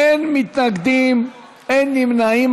אין מתנגדים, אין נמנעים.